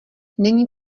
není